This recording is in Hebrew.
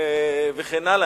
ופלמוני וכן הלאה.